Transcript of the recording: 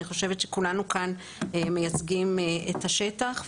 אני חושבת שכולנו כאן מייצגים את השטח.